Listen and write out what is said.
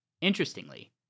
Interestingly